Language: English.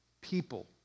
people